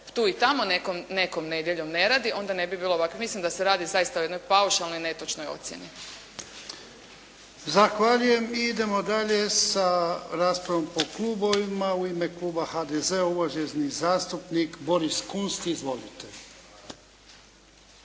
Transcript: tu i tamo nekom nedjeljom ne radi, onda ne bi bilo ovako. Mislim da se radi zaista o jednoj paušalnoj i netočnoj ocjeni. **Jarnjak, Ivan (HDZ)** Zahvaljujem. I demo dalje sa raspravom po klubovima. U ime kluba HDZ-a uvaženi zastupnik Boris Kunst. Izvolite.